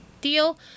deal